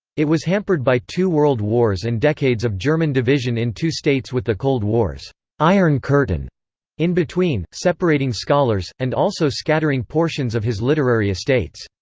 it was hampered by two world wars and decades of german division in two states with the cold war's iron curtain in between, separating scholars, and also scattering portions of his literary estates.